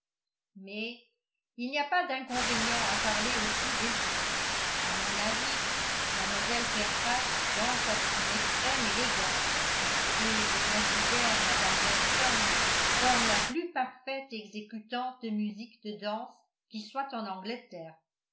mais il n'y a pas d'inconvénient à parler aussi des autres à mon avis mlle fairfax danse avec une extrême élégance et je considère mme weston comme la plus parfaite exécutante de musique de danse qui soit en angleterre